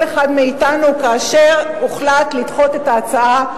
אחד מאתנו כאשר הוחלט לדחות את ההצעה.